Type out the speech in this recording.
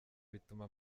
bituma